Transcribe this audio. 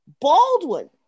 Baldwin